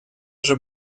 уже